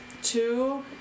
Two